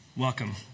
Welcome